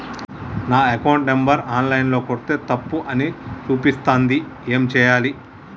నా account number online ల కొడ్తే తప్పు అని చూపిస్తాంది ఏం చేయాలి?